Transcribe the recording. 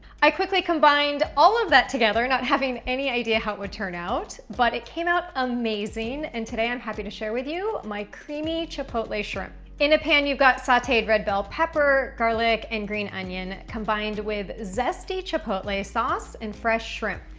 i quickly combined all of that together, not having any idea how it would turn out, but it came out amazing and today i'm happy to share with you my creamy chipotle shrimp. in a pan, you've got sauteed red bell pepper, garlic and green onion, combined with zesty chipotle sauce and fresh shrimp.